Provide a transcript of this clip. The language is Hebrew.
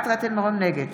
נגד